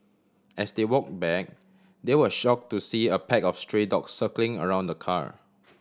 as they walk back they were shock to see a pack of stray dog circling around the car